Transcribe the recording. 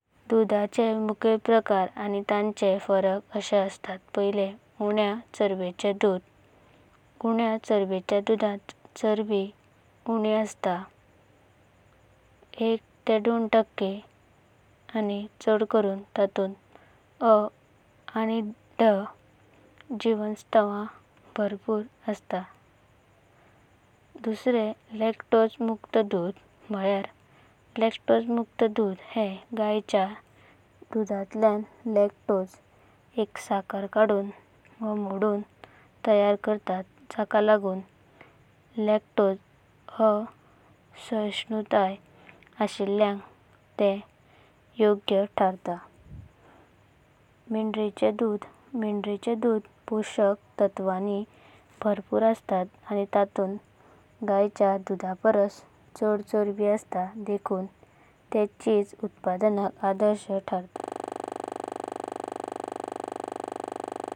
दूधाचे मुख्य प्रकार आणि त्यांच्या प्रकार असे अहतात उण्य चरबिकें दूध उण्य चरबिक्या दुधांत चरबी उणी अहतात। आणि छ्द करून ततूंत अ आणि ड जीवनसत्वं भारपूर असतात। लेटोजा मुक्त दूध लेटोजा मुक्त दूध गयाच्या दूधांतल्या लेटोजा एक शक्कर काढून वा मोडून तयार करतात। जका लगून लेटोजा असहिषुंटया असलेल्या ते योग्य ठरतात। मेंधारांचें दूध मेंधारांचें दूध पोषक तत्वांनी भरपूर असतात आणि ततूंत गयाच्या दूधापरसा छद चरबी अहतात। देखकर ते चीज-चीज़ उत्पादनाका आदर्श ठरतात।